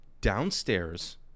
downstairs